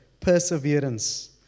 perseverance